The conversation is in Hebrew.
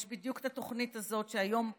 אז יש בדיוק את התוכנית הזאת אגב,